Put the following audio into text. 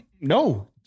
No